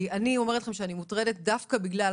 אני אומרת לכם שאני מוטרדת דווקא בגלל